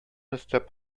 өстәп